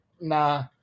Nah